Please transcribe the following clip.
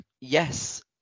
yes